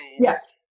Yes